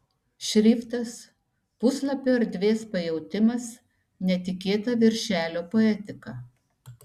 šriftas puslapio erdvės pajautimas netikėta viršelio poetika